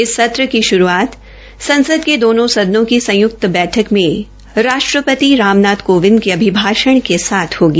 इस सत्र की श्रूआत संसद के दोनों की संय्क्त बैठक में राष्ट्रपति राम नाथ कोविंद के अभिभाष्णा के साथ होगी